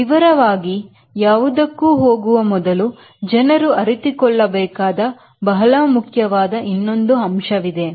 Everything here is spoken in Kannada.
ನೀವು ವಿವರವಾಗಿ ಯಾವುದಕ್ಕೂ ಹೋಗುವ ಮೊದಲು ಜನರು ಅರಿತುಕೊಳ್ಳಬೇಕಾದ ಬಹಳ ಮುಖ್ಯವಾದ ಇನ್ನೊಂದು ಅಂಶವಿದೆ